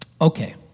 Okay